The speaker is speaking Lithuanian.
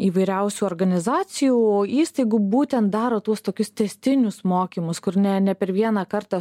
įvairiausių organizacijų įstaigų būtent daro tuos tokius tęstinius mokymus kur ne ne per vieną kartą